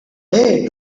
hey